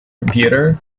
computer